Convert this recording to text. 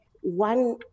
one